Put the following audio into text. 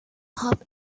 hop